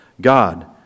God